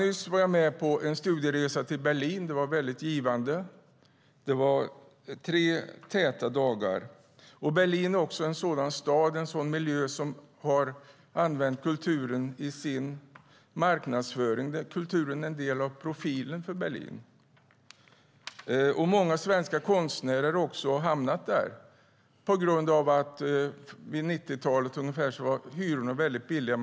Nyss var jag med på en studieresa till Berlin. Den var givande. Det var tre täta dagar. Berlin är en stad med en miljö som har använt kulturen i sin marknadsföring. Kulturen är en del av profilen för Berlin. Många svenska konstnärer har hamnat där. I början av 90-talet var hyrorna billiga.